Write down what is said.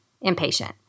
impatient